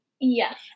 yes